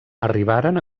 arribaren